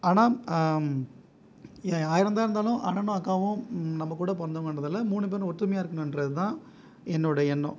ஆனால் ஏன் ஆயிரம் தான் இருந்தாலும் அண்ணனும் அக்காவும் நம்ம கூட பிறந்தவங்கன்றதால மூணு பேரும் ஒற்றுமையாக இருக்கிணுன்றது தான் என்னோடைய எண்ணம்